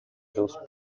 dos